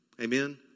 Amen